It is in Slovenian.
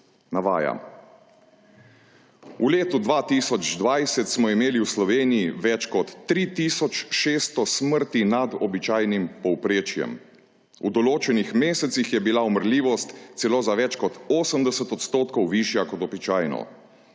Navajam: »V letu 2020 smo imeli v Sloveniji več kot 3 tisoč 600 smrti nad običajnim povprečjem. V določenih mesecih je bila umrljivost celo za več kot 80 % višja kot običajno.